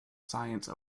science